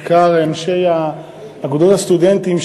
בעיקר אנשי אגודות הסטודנטים,